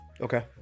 okay